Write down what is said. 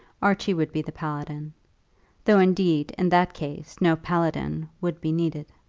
archie would be the paladin though, indeed, in that case, no paladin would be needed.